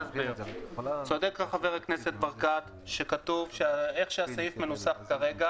צודק חבר הכנסת ברקת שבצורה שהסעיף מנוסח כרגע,